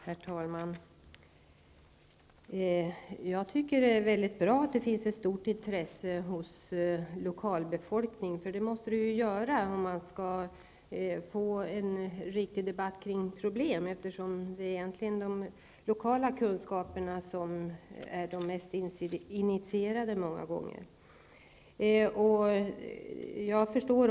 Herr talman! Jag tycker att det är väldigt bra att det finns ett stort intresse hos lokalbefolkningen för dessa saker. Ett sådant intresse måste finnas för att det skall kunna bli en riktig debatt om ett visst problem. Egentligen är det ju lokalt som man är mest initierad, dvs. har kunskaper om rådande förhållanden.